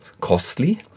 costly